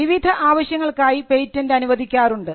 വിവിധ ആവശ്യങ്ങൾക്കായി പേറ്റന്റ് അനുവദിക്കാറുണ്ട്